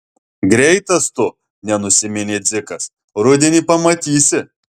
greitas tu nenusiminė dzikas rudenį pamatysi